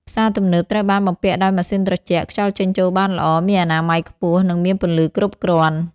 ផ្សារទំនើបត្រូវបានបំពាក់ដោយម៉ាស៊ីនត្រជាក់ ខ្យល់ចេញចូលបានល្អ មានអនាម័យខ្ពស់ និងមានពន្លឺគ្រប់គ្រាន់។